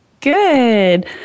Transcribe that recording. Good